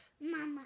Mama